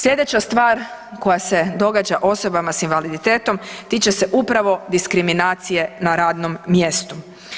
Sljedeća stvar koja se događa osoba s invaliditetom tiče se upravo diskriminacije na radnom mjestu.